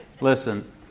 Listen